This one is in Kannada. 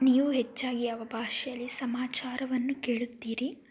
ನೀವು ಹೆಚ್ಚಾಗಿ ಯಾವ ಭಾಷೆಯಲ್ಲಿ ಸಮಾಚಾರವನ್ನು ಕೇಳುತ್ತೀರಿ